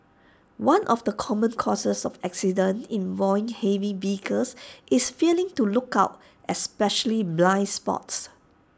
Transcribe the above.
one of the common causes of accidents involving heavy vehicles is failing to look out especially blind spots